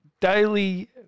Daily